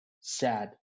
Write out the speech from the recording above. sad